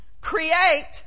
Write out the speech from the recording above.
Create